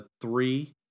three